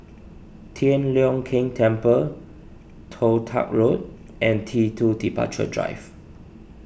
Tian Leong Keng Temple Toh Tuck Road and T two Departure Drive